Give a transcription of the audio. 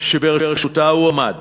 שבראשותה הוא עמד,